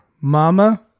Mama